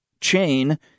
chain